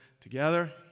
together